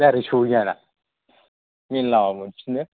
दाइरिग सहैजाया ना मेन लामा मोनफिनो